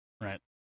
right